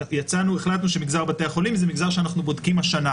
החלטנו שמגזר בתי החולים זה מגזר שאנחנו בודקים השנה.